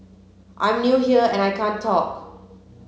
I'm new here and I can't talk